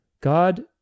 God